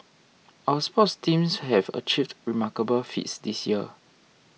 our sports teams have achieved remarkable feats this year